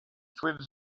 twin